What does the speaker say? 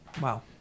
Wow